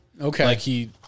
Okay